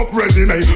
resume